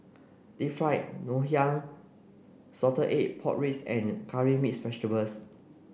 Deep Fried Ngoh Hiang Salted Egg Pork Ribs and Curry Mixed Vegetables